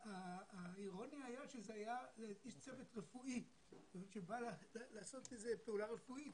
האירוניה הייתה שזה היה איש צוות רפואי שבא לעשות פעולה רפואית.